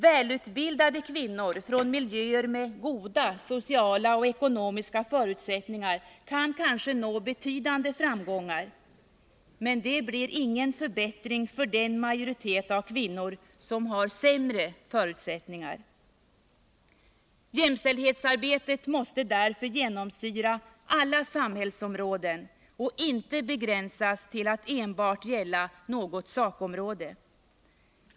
Välutbildade kvinnor från miljöer med goda sociala och ekonomiska förutsättningar kan kanske nå betydande framgångar, men det blir ingen förbättring för den majoritet av kvinnor som har sämre förutsättningar. Jämställdhetsarbetet måste därför genomsyra alla samhällsområden och inte begränsas till att enbart gälla något sakområde.